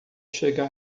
chega